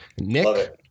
nick